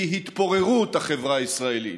היא התפוררות החברה הישראלית.